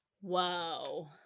Whoa